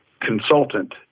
consultant